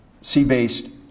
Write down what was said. sea-based